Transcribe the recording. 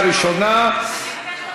מי נגד?